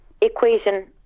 equation